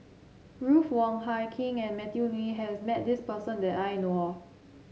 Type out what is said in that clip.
Ruth Wong Hie King and Matthew Ngui has met this person that I know of